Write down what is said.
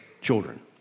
children